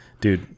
Dude